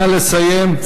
נא לסיים.